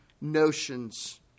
notions